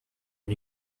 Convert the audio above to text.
and